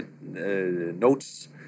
notes